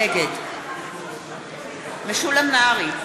נגד משולם נהרי,